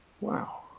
Wow